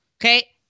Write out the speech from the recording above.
Okay